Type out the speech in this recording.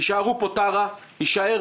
יישארו פה טרה ותנובה,